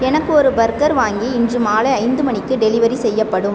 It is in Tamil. எனக்கு ஒரு பர்க்கர் வாங்கி இன்று மாலை ஐந்து மணிக்கு டெலிவரி செய்யப்படும்